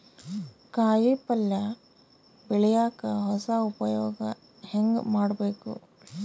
ಕಾಯಿ ಪಲ್ಯ ಬೆಳಿಯಕ ಹೊಸ ಉಪಯೊಗ ಹೆಂಗ ಮಾಡಬೇಕು?